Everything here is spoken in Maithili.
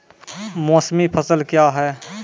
मौसमी फसल क्या हैं?